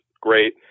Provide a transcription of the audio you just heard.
great